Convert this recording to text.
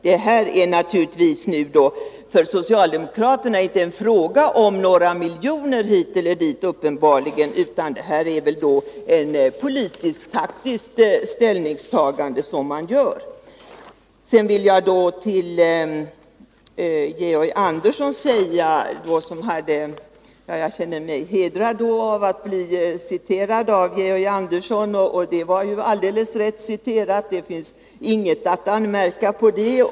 Detta är naturligtvis för socialdemokraterna nu inte en fråga om några miljoner hit eller dit, utan de gör uppenbarligen ett politiskt-taktiskt ställningstagande. Jag känner mig hedrad av att Georg Andersson citerade mig. Citatet var helt riktigt, det finns ingenting att anmärka mot det.